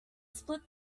split